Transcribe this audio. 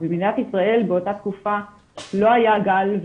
במדינת ישראל באותה תקופה לא היה גל,